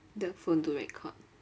the phone to record